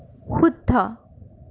শুদ্ধ